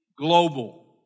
global